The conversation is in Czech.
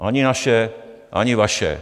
Ani naše, ani vaše.